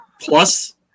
Plus